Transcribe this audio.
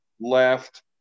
left